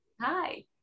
Hi